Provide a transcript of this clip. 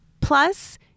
plus